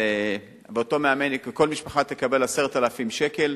כל משפחה תקבל 10,000 שקל,